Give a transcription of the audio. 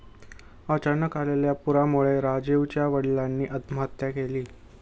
अचानक आलेल्या पुरामुळे राजीवच्या वडिलांनी आत्महत्या केली